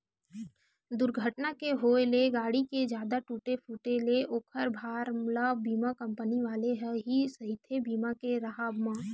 दूरघटना के होय ले गाड़ी के जादा टूटे फूटे ले ओखर भार ल बीमा कंपनी वाले ह ही सहिथे बीमा के राहब म